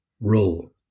rule